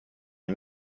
nii